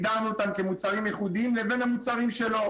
הגדרנו אותם כמוצרים ייחודיים לבין המוצרים שלא.